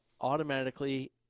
automatically